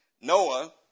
Noah